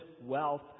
wealth